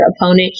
opponent